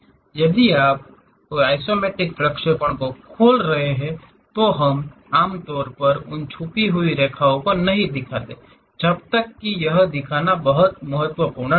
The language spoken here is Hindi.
यदि आप कोई आइसोमेट्रिक प्रक्षेपण खोल रहे हैं तो हम आमतौर पर उन छिपी हुई रेखाओं को नहीं दिखाते हैं जब तक कि यह दिखाना बहुत महत्वपूर्ण न हो